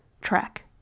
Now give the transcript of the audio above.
track